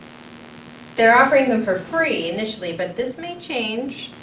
they're offering them for free, initially, but this may change,